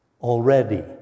already